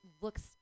looks